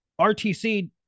RTC